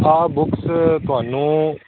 ਹਾਂ ਬੁਕਸ ਤੁਹਾਨੂੰ